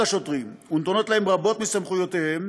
השוטרים ונתונות להם רבות מסמכויותיהם,